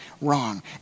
wrong